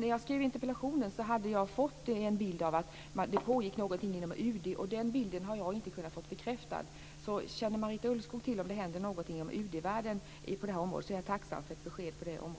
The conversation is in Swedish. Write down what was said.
När jag skrev interpellationen hade jag fått en bild av att det pågick någonting inom UD. Men den bilden har jag inte kunnat få bekräftad. Om Marita Ulvskog känner till om det händer någonting inom UD-världen på detta område så vore jag tacksam för ett besked om